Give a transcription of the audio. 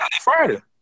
Friday